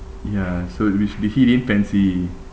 ya so it which did he didn't fancy